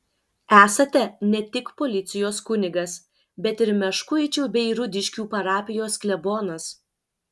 esate ne tik policijos kunigas bet ir meškuičių bei rudiškių parapijos klebonas